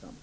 samhället.